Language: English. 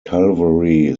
calvary